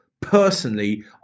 Personally